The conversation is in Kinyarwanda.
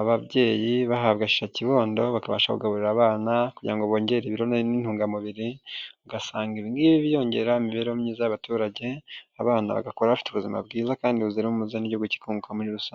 ababyeyi bahabwa shisha kibondo, bakabasha kugaburira abana kugira ngo bongere ibiro n'intungamubiri ugasanga byongera imibereho myiza y'abaturage, abana bagakura bafite ubuzima bwiza kandi buzira umuze n'igihugu kikunguka muri rusange.